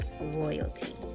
royalty